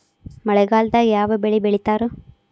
ಮಳೆಗಾಲದಾಗ ಯಾವ ಬೆಳಿ ಬೆಳಿತಾರ?